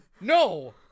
No